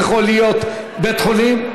זה יכול להיות בית-חולים.